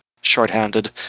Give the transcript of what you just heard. shorthanded